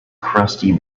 crusty